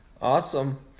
Awesome